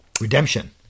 Redemption